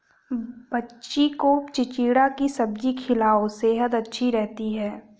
बच्ची को चिचिण्डा की सब्जी खिलाओ, सेहद अच्छी रहती है